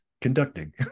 conducting